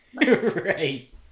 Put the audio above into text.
Right